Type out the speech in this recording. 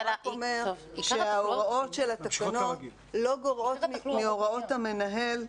זה רק אומר שההוראות של התקנות לא גורעות מהוראות המנהל,